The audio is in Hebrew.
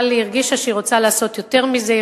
אבל היא הרגישה שהיא רוצה לעשות יותר מזה.